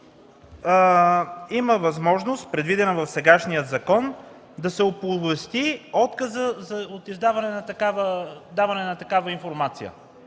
има възможност, предвидена в сегашния закон, да се оповести отказът от даване на такава на информация?